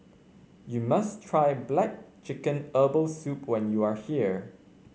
you must try black chicken Herbal Soup when you are here